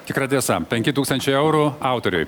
tikra tiesa penki tūkstančiai eurų autoriui